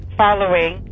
following